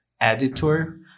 editor